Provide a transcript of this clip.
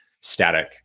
static